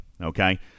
Okay